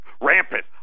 rampant